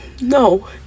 No